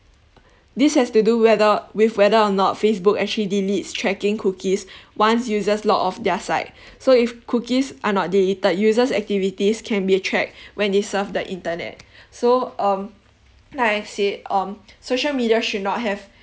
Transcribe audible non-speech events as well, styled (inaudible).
(breath) this has to do whether with whether or not facebook actually deletes tracking cookies (breath) once users log off their site (breath) so if cookies are not deleted users activities can be tracked (breath) when they surf the internet (breath) so um like I said um social media should not have